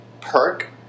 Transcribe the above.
perk